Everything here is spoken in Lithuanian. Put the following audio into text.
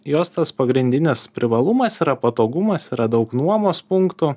jos tas pagrindinis privalumas yra patogumas yra daug nuomos punktų